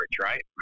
right